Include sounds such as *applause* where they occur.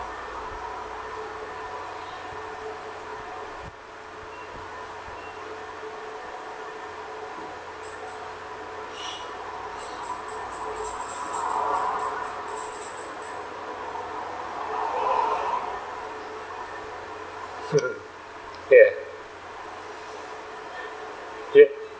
*laughs* ya ya